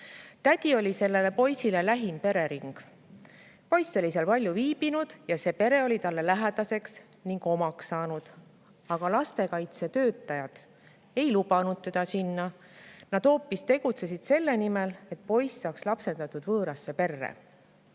Tädi oli selle poisi jaoks lähim perering. Poiss oli [tädi juures] palju viibinud ja see pere oli talle lähedaseks ning omaks saanud. Aga lastekaitsetöötajad ei lubanud teda sinna. Nad hoopis tegutsesid selle nimel, et poiss saaks lapsendatud võõrasse perre. Kolm